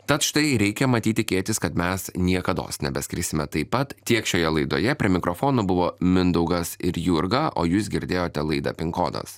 tad štai reikia matyt tikėtis kad mes niekados nebeskrisime taip pat tiek šioje laidoje prie mikrofono buvo mindaugas ir jurga o jūs girdėjote laidą pin kodas